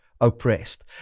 oppressed